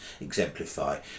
exemplify